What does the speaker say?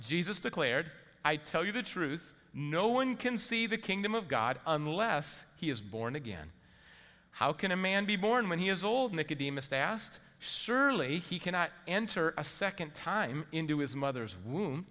jesus declared i tell you the truth no one can see the kingdom of god unless he is born again how can a man be born when he is old that could be missed asked surely he cannot enter a second time into his mother's womb